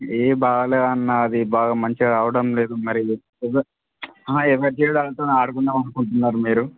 ఏ బాగాలేదన్నా అది బాగా మంచిగా రావడం లేదు మరి ఎవరి జీవితాలతోని ఆడుకుందాం అనుకుంటున్నారు మీరు